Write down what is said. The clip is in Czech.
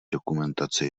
dokumentace